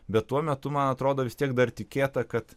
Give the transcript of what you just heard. bet tuo metu man atrodo vis tiek dar tikėta kad